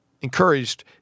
encouraged